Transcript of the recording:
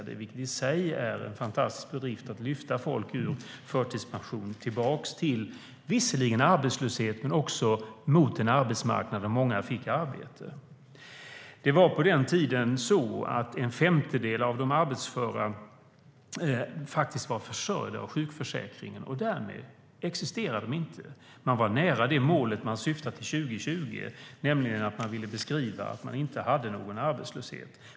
Det är i sig en fantastisk bedrift att lyfta folk ur förtidspension, visserligen tillbaka till arbetslöshet men också mot en arbetsmarknad där många fick arbete. Det var på den tiden så att en femtedel av de arbetsföra var försörjda av sjukförsäkringen. Därmed existerade de inte. Man var nära det mål man syftar mot till 2020. Man ville beskriva att man inte hade någon arbetslöshet.